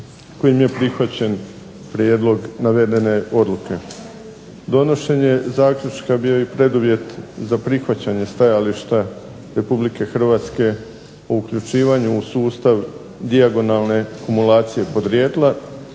kojim je prihvaćen prijedlog navedene odluke. Donošenje zaključka bio je i preduvjet za prihvaćanje stajališta Republike Hrvatske o uključivanju u sustav dijagonalne kumulacije podrijetla